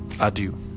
adieu